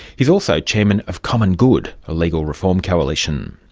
he's also chairman of common good, a legal reform coalition.